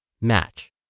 Match